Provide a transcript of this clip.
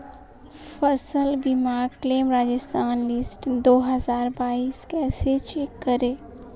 फसल बीमा claim Rajasthan list दो हज़ार बाईस कैसे चेक करें?